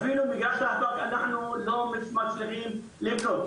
אנחנו לא מצליחים לבנות.